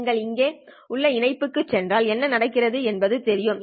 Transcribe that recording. நீங்கள் இங்கே உள்ள இணைப்புக்குச் சென்றால் என்ன நடக்கிறது என்பது தெரியும்